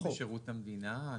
יש כללי מינוי בשירות המדינה.